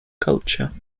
culture